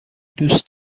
دوست